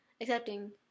accepting